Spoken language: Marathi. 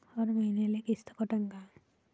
हर मईन्याले किस्त कटन का?